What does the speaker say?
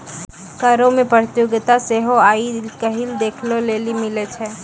करो मे प्रतियोगिता सेहो आइ काल्हि देखै लेली मिलै छै